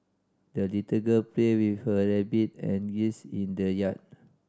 the little girl played with her rabbit and geese in the yard